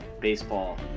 Baseball